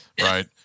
Right